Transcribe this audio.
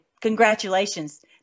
Congratulations